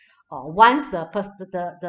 or once the per~ the the the